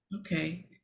okay